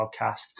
podcast